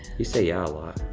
you say, yeah,